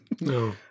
No